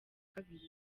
kabiri